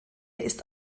ist